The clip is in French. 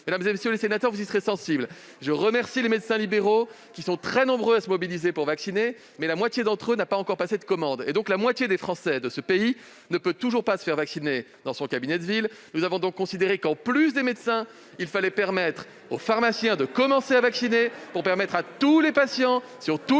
mesdames, messieurs les sénateurs, vous y serez sensibles, je remercie les médecins libéraux qui sont très nombreux à se mobiliser pour vacciner, mais la moitié d'entre eux n'a pas encore passé de commande. De ce fait, la moitié des Français ne peut toujours pas se faire vacciner dans son cabinet de ville. Nous avons donc considéré qu'en plus des médecins, il fallait permettre aux pharmaciens de commencer à vacciner pour permettre à tous les patients sur tout le